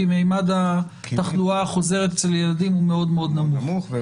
כי מימד התחלואה החוזרת אצל ילדים הוא מאוד נמוך.